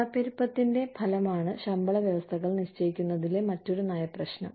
പണപ്പെരുപ്പത്തിന്റെ ഫലമാണ് ശമ്പള വ്യവസ്ഥകൾ നിശ്ചയിക്കുന്നതിലെ മറ്റൊരു നയ പ്രശ്നം